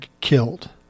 killed